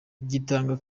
gitanga